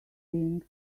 things